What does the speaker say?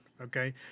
okay